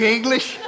English